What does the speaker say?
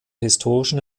historischen